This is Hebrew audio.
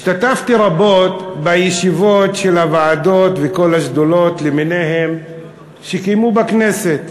השתתפתי רבות בישיבות של הוועדות וכל השדולות למיניהן שהתקיימו בכנסת.